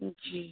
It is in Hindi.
जी